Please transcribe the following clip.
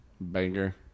banger